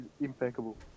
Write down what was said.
impeccable